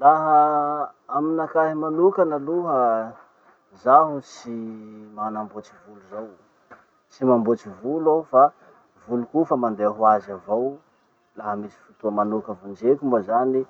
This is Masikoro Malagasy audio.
Laha aminakahy manokana aloha, zaho tsy manamboatry volo zao. Tsy mamboatry volo aho fa voloko io fa mandeha hoazy avao. Laha misy fotoa manoka vonjeko moa zany,